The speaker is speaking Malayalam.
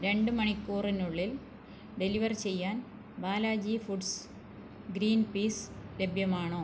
രണ്ട് മണിക്കൂറിനുള്ളിൽ ഡെലിവർ ചെയ്യാൻ ബാലാജി ഫുഡ്സ് ഗ്രീൻ പീസ് ലഭ്യമാണോ